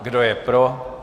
Kdo je pro?